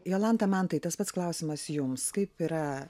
jolanta mantai tas pats klausimas jums kaip yra